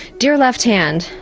dear left hand,